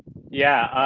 yeah,